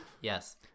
Yes